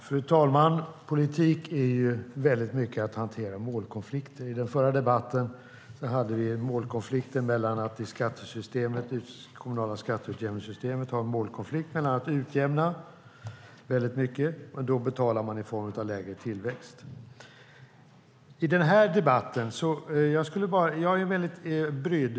Fru talman! Politik är väldigt mycket att hantera målkonflikter. I den förra debatten hade vi en målkonflikt i det kommunala skatteutjämningssystemet mellan att utjämna väldigt mycket och att då betala i form av lägre tillväxt. I den här debatten är jag väldigt brydd.